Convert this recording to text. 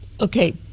okay